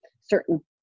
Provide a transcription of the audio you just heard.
certain